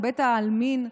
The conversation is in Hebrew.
לבית העלמין,